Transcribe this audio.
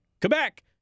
Quebec